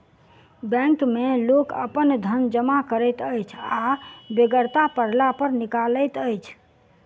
bank मे लोक अपन धन जमा करैत अछि आ बेगरता पड़ला पर निकालैत अछि